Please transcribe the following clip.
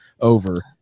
over